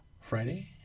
Friday